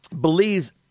believes